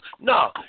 No